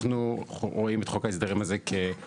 אנחנו רואים את חוק ההסדרים הזה כחוק